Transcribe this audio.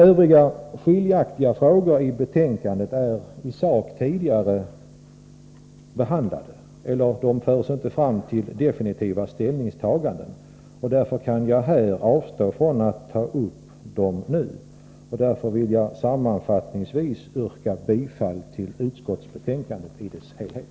Övriga skiljaktiga frågor i betänkandet är i sak tidigare behandlade eller förs inte fram till definitiva ställningstaganden. Därför kan jag här avstå från att nu ta upp dem och sammanfattningsvis yrka bifall till utskottets hemställan i dess helhet.